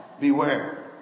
Beware